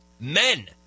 Men